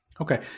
Okay